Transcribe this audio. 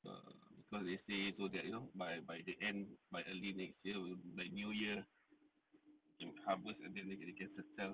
err because they say so that you know by by the end by early next year will by new year you can harvest and then then they can sell